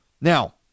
Now